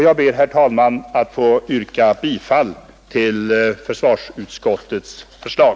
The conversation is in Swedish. Jag ber, herr talman, att få yrka bifall till försvarsutskottets förslag.